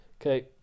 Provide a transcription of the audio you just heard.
Okay